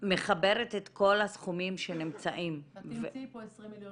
מחברת את כל הסכומים שנמצאים -- את תמצאי פה 20 מיליון